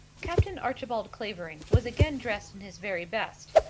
captain archibald clavering was again dressed in his very best,